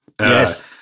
Yes